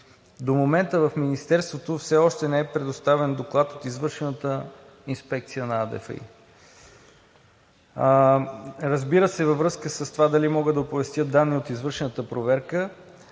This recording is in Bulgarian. До момента в Министерството все още не е предоставен доклад от извършената инспекция на АДФИ. Разбира се, във връзка с това дали мога да оповестя данни от извършената проверка